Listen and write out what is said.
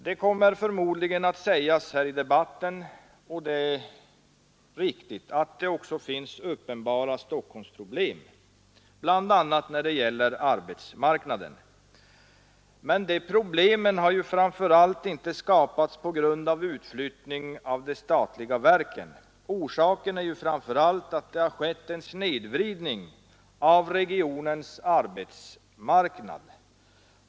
Det kommer förmodligen att sägas här i debatten — och det är riktigt — att det också finns uppenbara Stockholmsproblem, bl.a. när det gäller arbetsmarknaden. Men de problemen har ju inte skapats av utflyttningen av de statliga verken. Orsaken är framför allt att det har skett en snedvridning av regionens arbetsmarknad.